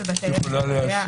בעבר,